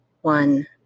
one